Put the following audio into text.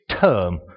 term